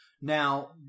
Now